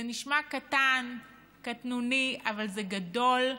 זה נשמע קטן, קטנוני, אבל זה גדול,